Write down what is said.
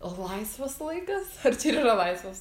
o laisvas laikas ar čia ir yra laisvas